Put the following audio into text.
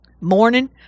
Morning